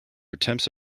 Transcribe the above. attempts